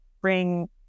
bring